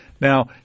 now